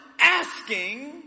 asking